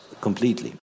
completely